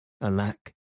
alack